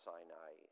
Sinai